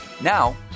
Now